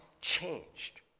changed